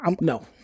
no